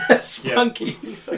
spunky